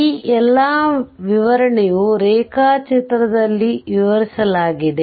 ಈ ಎಲ್ಲಾ ವಿವರಣೆಯು ಈ ರೇಖಾಚಿತ್ರದಲ್ಲಿ ವಿವರಿಸಲಾಗಿದೆ